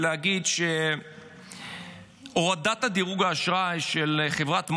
ולהגיד שהורדת דירוג האשראי של חברת מודי'ס,